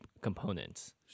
components